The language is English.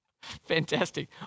fantastic